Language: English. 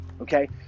okay